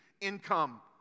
income